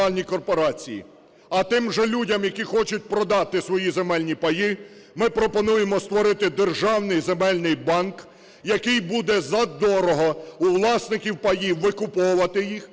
А тим же людям, які хочуть продати свої земельні паї, ми пропонуємо створити державний земельний банк, який буде задорого у власників паїв викуповувати їх,